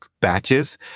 batches